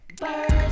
birds